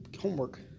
homework